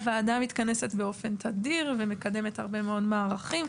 הוועדה מתכנסת באופן תדיר ומקדמת הרבה מאוד מערכים.